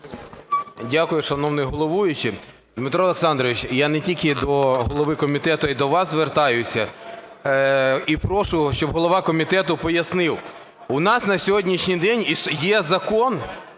Дякую, шановний головуючий. Дмитро Олександрович, я не тільки до голови комітету, і до вас звертаюся. І прошу, щоб голова комітету пояснив. У нас на сьогоднішній день є Закон